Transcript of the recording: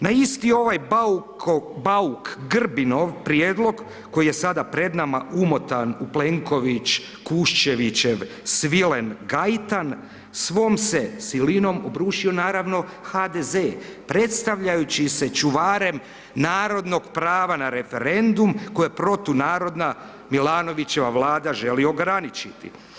Na isti ovaj Bauk Grbinov prijedlog koji je sada pred nama umotan u Plenković Kuščevićev svilen gajtan, svom se silinom obrušio, naravno, HDZ, predstavljajući se čuvarem narodnog prava na referendum koje protunarodna Milanovićeva Vlada želi ograničiti.